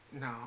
No